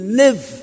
live